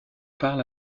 parle